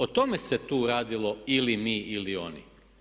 O tome se tu radilo, ili mi ili oni.